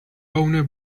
owner